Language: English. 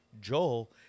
Joel